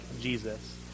Jesus